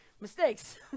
Mistakes